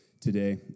today